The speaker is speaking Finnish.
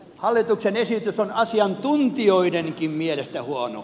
hallituksen esitys on asiantuntijoidenkin mielestä huono